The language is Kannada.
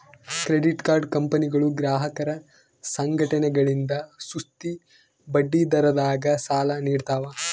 ಕ್ರೆಡಿಟ್ ಕಾರ್ಡ್ ಕಂಪನಿಗಳು ಗ್ರಾಹಕರ ಸಂಘಟನೆಗಳಿಂದ ಸುಸ್ತಿ ಬಡ್ಡಿದರದಾಗ ಸಾಲ ನೀಡ್ತವ